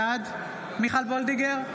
בעד מיכל מרים וולדיגר,